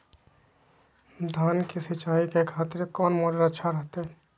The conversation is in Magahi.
धान की सिंचाई करे खातिर कौन मोटर अच्छा रहतय?